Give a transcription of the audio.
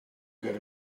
good